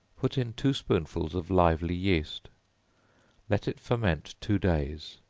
put in two spoonsful of lively yeast let it ferment two days,